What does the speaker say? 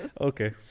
Okay